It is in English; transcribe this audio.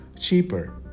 cheaper